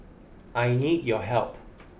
I need your help